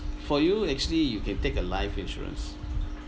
for you actually you can take a life insurance